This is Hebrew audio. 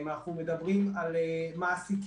אם אנחנו מדברים על מעסיקים